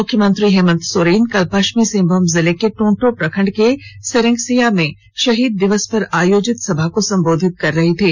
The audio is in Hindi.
मुख्यमंत्री हेमंत सोरेन कल पश्चिमी सिंहभूम जिले के टोटो प्रखंड के सेरेंगसिया में शहीद दिवस पर आयोजित सभा को संबोधित कर रहे थे